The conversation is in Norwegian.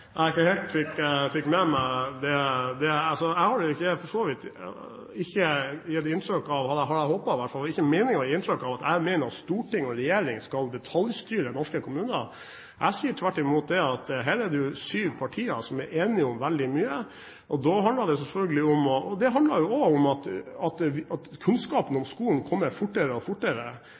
jeg ikke har gitt inntrykk av at jeg mener at storting og regjering skal detaljstyre norske kommuner. Jeg sier tvert imot at her er det sju partier som er enige om veldig mye, og det handler også om at kunnskapen om skolen kommer fortere og fortere, og da er det viktig at vi alle sammen bidrar til å spre denne kunnskapen